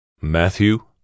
Matthew